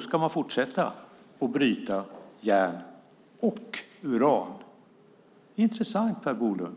ska man fortsätta att bryta järn - och uran. Det var intressant, Per Bolund.